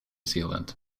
zealand